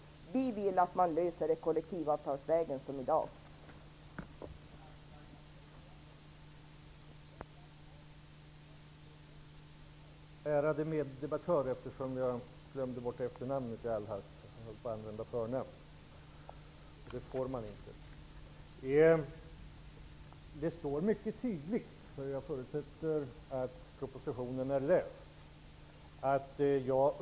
Socialdemokraterna vill att man löser problemet kollektivavtalsvägen, vilket är fallet i dag.